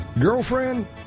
Girlfriend